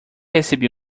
recebi